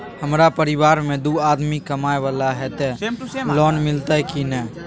हमरा परिवार में दू आदमी कमाए वाला हे ते लोन मिलते की ने?